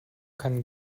kann